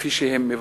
כפי שהם מבקשים.